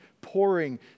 pouring